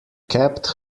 kept